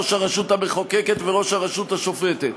ראש הרשות המחוקקת וראש הרשות השופטת.